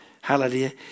Hallelujah